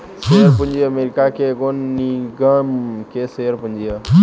share पूंजी America के एगो निगम के शेयर पूंजी ह